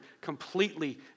completely